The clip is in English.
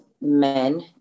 men